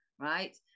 Right